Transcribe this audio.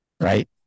right